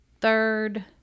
third